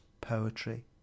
poetry